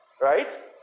Right